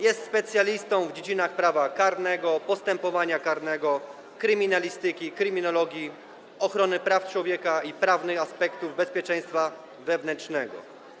Jest specjalistą w dziedzinach prawa karnego, postępowania karnego, kryminalistyki, kryminologii, ochrony praw człowieka i prawnych aspektów bezpieczeństwa wewnętrznego.